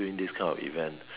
during this kind of event